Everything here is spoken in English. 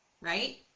Right